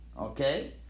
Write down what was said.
Okay